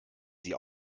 sie